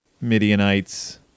Midianites